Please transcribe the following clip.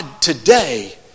today